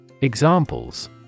Examples